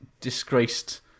disgraced